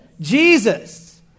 Jesus